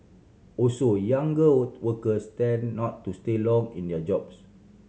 also younger workers tend not to stay long in their jobs